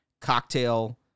cocktail